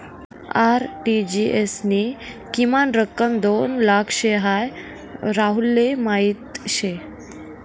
RTGS नी किमान रक्कम दोन लाख शे हाई राहुलले माहीत शे